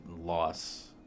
loss